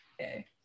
Okay